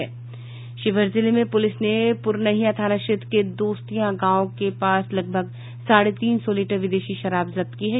शिवहर जिले में पुलिस ने पुरनहिया थाना क्षेत्र के दोस्तियां गांव के पास लगभग साढ़े तीन सौ लीटर विदेशी शराब जब्त की है